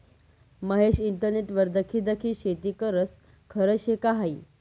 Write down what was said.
महेश इंटरनेटवर दखी दखी शेती करस? खरं शे का हायी